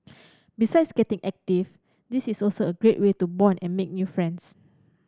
besides getting active this is also a great way to bond and make new friends